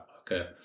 Okay